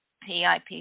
PIP